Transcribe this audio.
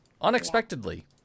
Unexpectedly